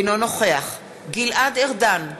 אינו נוכח גלעד ארדן,